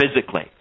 physically